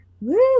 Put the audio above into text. Woo